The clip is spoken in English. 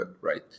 right